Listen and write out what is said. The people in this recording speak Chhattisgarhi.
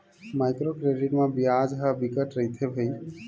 माइक्रो क्रेडिट म बियाज ह बिकट रहिथे भई